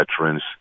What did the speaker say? veterans